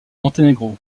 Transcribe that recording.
monténégro